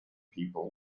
people